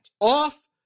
off